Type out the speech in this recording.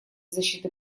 защиты